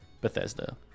Bethesda